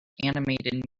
animated